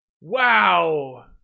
wow